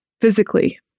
physically